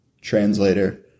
translator